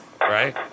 Right